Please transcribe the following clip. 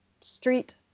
street